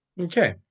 Okay